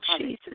Jesus